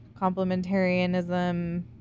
complementarianism